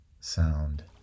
sound